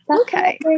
Okay